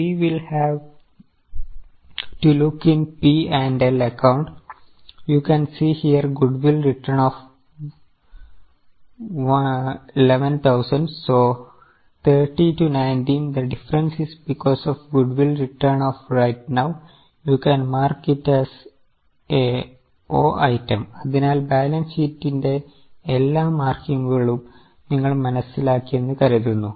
So we will have to look in P and L account you can see here goodwill written off 11000 so 30 to 19 the difference is because of goodwill return of right now you can mark it as a o item അതിനാൽ balance ഷീറ്റിന്റെ എല്ലാ മാർക്കിങ്ങുകളുംനിങ്ങൾ മനസ്സിലാക്കിയെന്ന് കരുതുന്നു